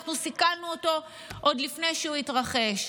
אנחנו סיכלנו אותו עוד לפני שהוא התרחש.